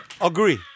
Agree